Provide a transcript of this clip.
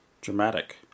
dramatic